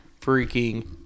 freaking